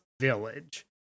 village